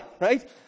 right